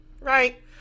right